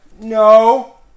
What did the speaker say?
No